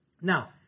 Now